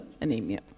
anemia